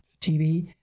tv